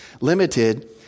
limited